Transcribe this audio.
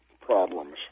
problems